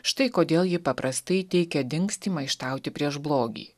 štai kodėl ji paprastai teikia dingstį maištauti prieš blogį